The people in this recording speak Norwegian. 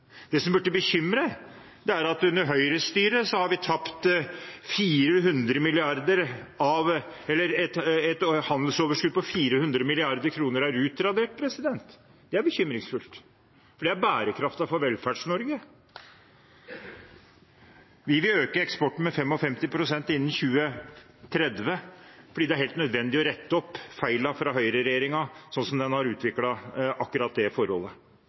Det som burde bekymre, er at under Høyres styre er et handelsoverskudd på 400 mrd. kr utradert. Det er bekymringsfullt, for det er bærekraften for Velferds-Norge. Vi vil øke eksporten med 55 pst. innen 2030, for det er helt nødvendig å rette opp feilene fra høyreregjeringen sånn den har utviklet akkurat det forholdet.